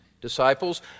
disciples